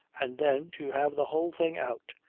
and then, to have the whole thing out,